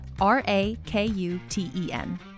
R-A-K-U-T-E-N